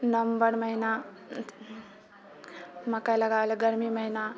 नवम्बर महीना मकइ लगाबैला गर्मी महीना